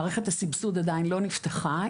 מערכת הסבסוד עדיין לא נפתחה,